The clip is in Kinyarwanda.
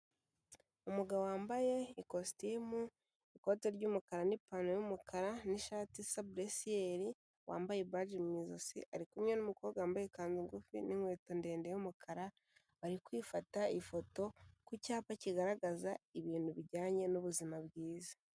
Umugabo wambaye ikositimu, ikoti ry'umukara n'ipantaro y'umukara n'ishati isa buresiyeri, wambaye baji mu ijosi. Ari kumwe n'umukobwa wambaye ikanzu ngufi n'inkweto ndende y'umukara. Bari kwifata ifoto ku cyapa kigaragaza ibintu bijyanye n'ubuzima bwiza.